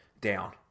down